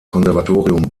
konservatorium